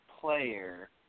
player